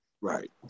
Right